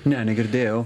ne negirdėjau